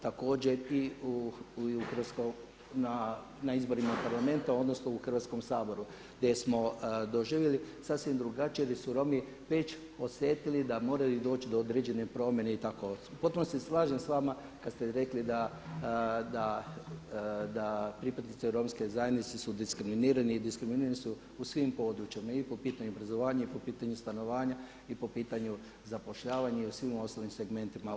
Također i na izborima u Parlamentu, odnosno u Hrvatskom saboru gdje smo doživjeli sasvim drugačije jer su Romi već osjetili da moraju doći do određene promjene i tako u potpunosti se slažem sa vama kad ste rekli da pripadnici Romske zajednice su diskriminirani i diskriminirani su u svim područjima i po pitanju obrazovanja i po pitanju stanovanja i po pitanju zapošljavanja i u svim ostalim segmentima.